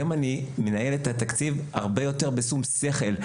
היום, אני מנהל את התקציב בהרבה יותר שום שכל.